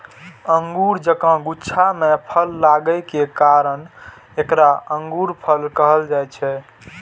अंगूर जकां गुच्छा मे फल लागै के कारण एकरा अंगूरफल कहल जाइ छै